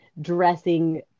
dressing